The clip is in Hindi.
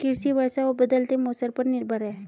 कृषि वर्षा और बदलते मौसम पर निर्भर है